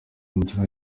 umukino